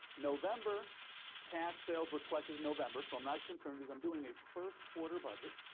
november cash sales were collected in november, so i'm not concerned because i'm doing a first quarter budget.